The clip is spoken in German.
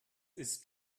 ist